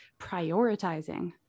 prioritizing